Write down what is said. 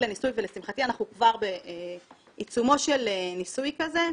לניסוי ולשמחתי אנחנו כבר בעיצומו של ניסוי כזה.